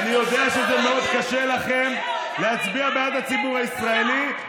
אני יודע שזה מאוד קשה לכם להצביע בעד הציבור הישראלי,